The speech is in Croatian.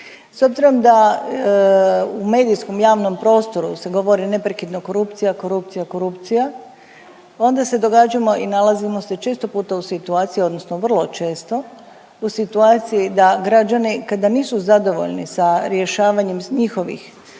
S obzirom da u medijskom javnom prostoru se govori neprekidno korupcija, korupcija, korupcija, onda se događamo i nalazi se često puta u situaciji odnosno vrlo često u situaciji da građani, kada nisu zadovoljni sa rješavanjem njihovih